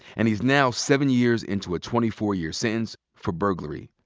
and he's now seven years into a twenty four year sentence for burglary.